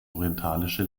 orientalische